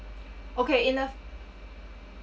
okay in a o~